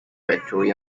victory